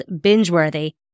binge-worthy